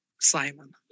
Simon